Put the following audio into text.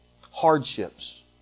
hardships